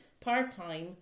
part-time